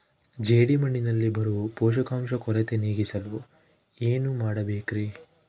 ಜೇಡಿಮಣ್ಣಿನಲ್ಲಿ ಬರೋ ಪೋಷಕಾಂಶ ಕೊರತೆ ನೇಗಿಸಲು ಏನು ಮಾಡಬೇಕರಿ?